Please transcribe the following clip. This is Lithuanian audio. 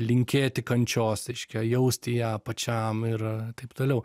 linkėti kančios reiškia jausti ją pačiam ir taip toliau